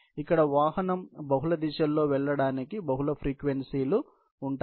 ఇక్కడ వాహనం బహుళ దిశల్లోకి వెళ్ళడానికి బహుళ ఫ్రీక్వెన్సీలు ఉంటాయి